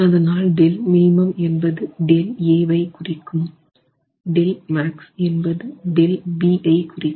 அதனால் Δmin என்பது ΔA வை குறிக்கும் Δmax என்பது ΔB வை குறிக்கும்